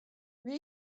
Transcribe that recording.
wie